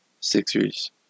Sixers